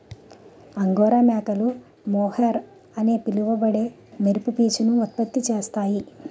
angora మేకలు mohair అని పిలువబడే మెరుపు పీచును ఉత్పత్తి చేస్తాయి